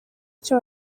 icyo